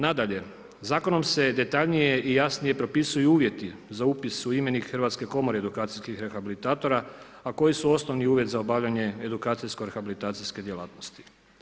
Nadalje, zakonom se detaljnije i jasnije propisuju uvjeti za upis u imenik Hrvatske komore edukacijskih rehabilitatora, a koji su osnovni uvjet za obavljanje edukacijsko-rehabilitacijske djelatnosti.